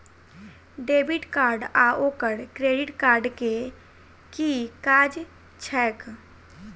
Debit card आओर credit card केँ की काज छैक?